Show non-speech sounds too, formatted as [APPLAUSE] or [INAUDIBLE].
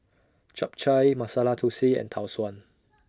Chap Chai Masala Thosai and Tau Suan [NOISE]